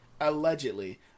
allegedly